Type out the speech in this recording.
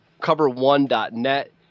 CoverOne.net